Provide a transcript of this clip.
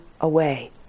away